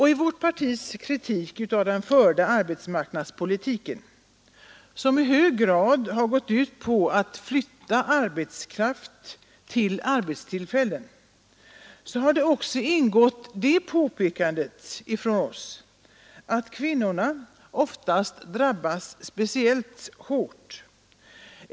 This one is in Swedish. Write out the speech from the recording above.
I vårt partis kritik av den förda arbetsmarknadspolitiken — som i hög grad gått ut på att flytta arbetskraften till arbetstillfällena — har det också ingått det påpekandet att kvinnorna ofta drabbas speciellt hårt.